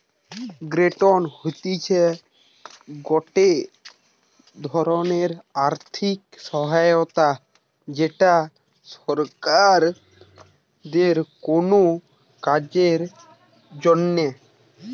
grant হতিছে গটে ধরণের আর্থিক সহায়তা যেটা সরকার দেয় কোনো কাজের জন্যে